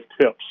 tips